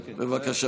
נפרדות.